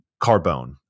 Carbone